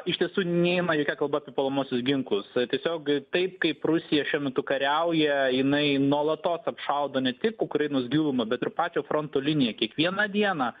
iš tiesų neina jokia kalba apie puolamuosius ginklus tiesiog taip kaip rusija šiuo metu kariauja jinai nuolatos apšaudo ne tik ukrainos gilumą bet ir pačio fronto liniją kiekvieną dieną